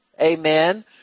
Amen